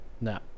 No